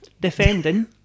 defending